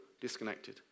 disconnected